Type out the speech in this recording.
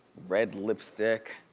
red lipstick,